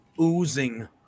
oozing